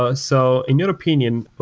ah so in your opinion,